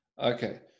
Okay